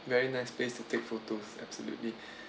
very nice place to take photos absolutely